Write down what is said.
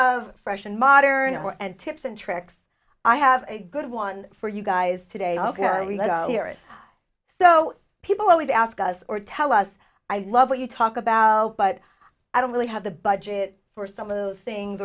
of fresh and modern and tips and tricks i have a good one for you guys today ok here is so people always ask us or tell us i love what you talk about but i don't really have the budget for some of those things